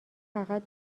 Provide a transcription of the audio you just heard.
فقط